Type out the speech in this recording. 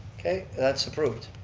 okay, that's approved.